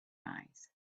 eyes